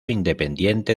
independiente